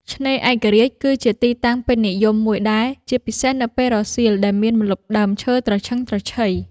ឆ្នេរឯករាជ្យក៏ជាទីតាំងពេញនិយមមួយដែរ ជាពិសេសនៅពេលរសៀលដែលមានម្លប់ដើមឈើត្រឈឹងត្រឈៃ។